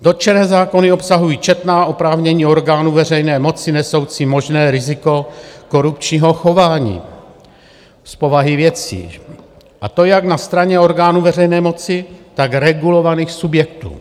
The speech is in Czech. Dotčené zákony obsahují četná oprávnění orgánů veřejné moci nesoucí možné riziko korupčního chování z povahy věcí, a to jak na straně orgánů veřejné moci, tak regulovaných subjektů.